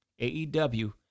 AEW